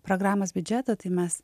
programos biudžeto tai mes